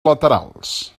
laterals